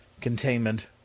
containment